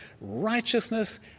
righteousness